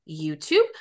YouTube